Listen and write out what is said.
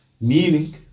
meaning